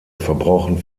verbrauchen